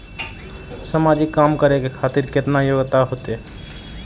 समाजिक काम करें खातिर केतना योग्यता होते?